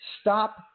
Stop